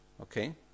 okay